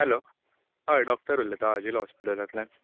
hello हय doctor उलयता आझिलो हॉस्पिटलांतल्यान